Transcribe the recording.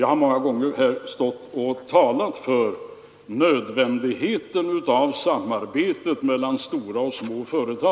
Jag har många gånger stått här och talat för nödvändigheten av samarbete mellan stora och små företag.